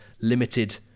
limited